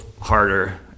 harder